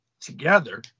together